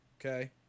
Okay